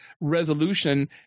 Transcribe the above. resolution